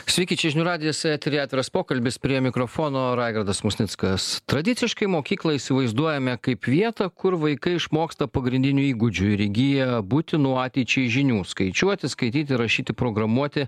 sveiki čia žinių radijas eteryje atviras pokalbis prie mikrofono raigardas musnickas tradiciškai mokyklą įsivaizduojame kaip vietą kur vaikai išmoksta pagrindinių įgūdžių ir įgyja būtinų ateičiai žinių skaičiuoti skaityti rašyti programuoti